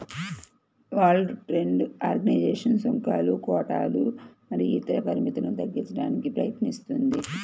world trade organisation సుంకాలు, కోటాలు ఇతర పరిమితులను తగ్గించడానికి ప్రయత్నిస్తుంది